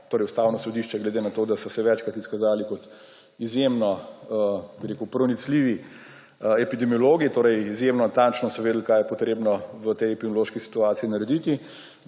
torej Ustavno sodišče glede na to, da so se večkrat izkazali kot izjemno pronicljivi epidemiologi, izjemno natančno so vedeli, kaj je potrebno v tej epidemiološki situacijo narediti,